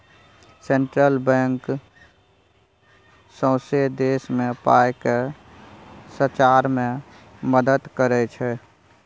central bank सौंसे देश मे पाइ केँ सचार मे मदत करय छै